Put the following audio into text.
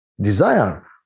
desire